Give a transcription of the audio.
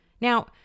Now